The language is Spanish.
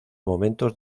momentos